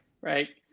right